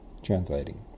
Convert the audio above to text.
Translating